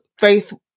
faith